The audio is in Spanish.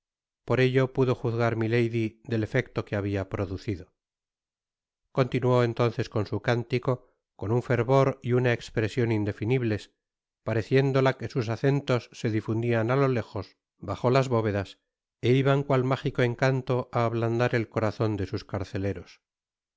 por ello pudo juzgar milady del efecto que habia producido i content from google book search generated at continuó entonces su cántico con un fervor y una espresion indefinible pareciéndola que sus acentos se difundian á lo léjos bajo las bóvedas é iban cual mágico encanto á ablandar el corazon de sus carceleros